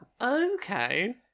Okay